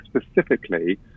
specifically